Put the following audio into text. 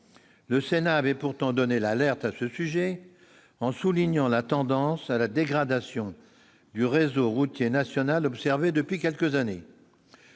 le Sénat avait pourtant donné l'alerte à ce sujet en soulignant la tendance à la dégradation du réseau routier national observée depuis quelques années.